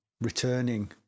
returning